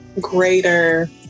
greater